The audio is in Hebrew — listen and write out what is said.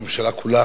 הממשלה כולה